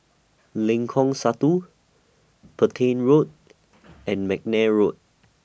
Lengkong Satu Petain Road and Mcnair Road